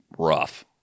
Rough